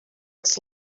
its